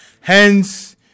Hence